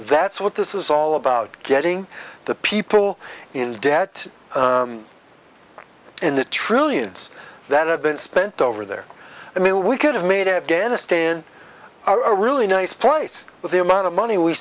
that's what this is all about getting the people in debt in the trillions that have been spent over there i mean we could have made afghanistan a really nice place but the amount of money we